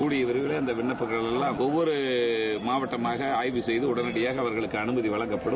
கூடிய விரைவில் அந்த விண்ணப்பங்கள் எல்லாம் ஒவ்வொரு மாவட்டமாக ஆய்வு செய்து உடனடியாக அவர்களுக்கு அனுமதி வழங்கப்படும்